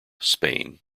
spain